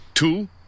Two